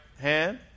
hand